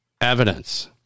evidence